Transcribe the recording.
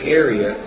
area